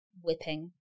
whipping